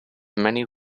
many